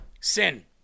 Sin